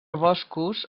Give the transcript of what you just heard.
boscos